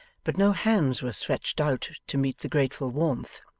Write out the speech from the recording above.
but no hands were stretched out to meet the grateful warmth,